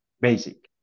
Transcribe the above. basic